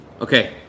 Okay